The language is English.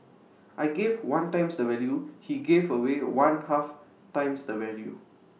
I gave one times the value he gave away one half times the value